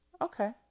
Okay